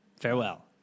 Farewell